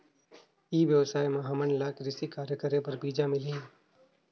ई व्यवसाय म हामन ला कृषि कार्य करे बर बीजा मिलही?